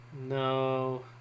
No